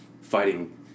fighting